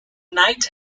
knight